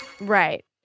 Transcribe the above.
Right